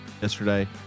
yesterday